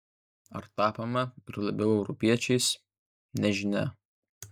ar tapome ir labiau europiečiais nežinia